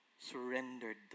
surrendered